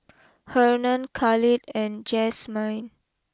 Hernan Khalid and Jazmyne